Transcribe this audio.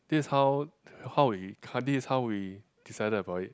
this how how we this how we decided about it